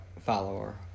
follower